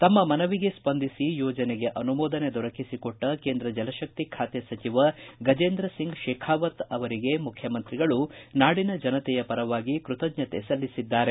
ತಮ್ಮ ಮನವಿಗೆ ಸ್ಪಂದಿಸಿ ಯೋಜನೆಗೆ ಅನುಮೋದನೆ ದೊರಕಿಸಿಕೊಟ್ಟ ಕೇಂದ್ರ ಜಲಶಕ್ತಿ ಖಾತೆ ಸಚಿವ ಗಜೇಂದ್ರ ಸಿಂಗ್ ಶೇಖಾವತ್ ಅವರಿಗೆ ಮುಖ್ಯಮಂತ್ರಿಗಳು ನಾಡಿನ ಜನತೆಯ ಪರವಾಗಿ ಕೃತಜ್ಞತೆ ಸಲ್ಲಿಸಿದ್ದಾರೆ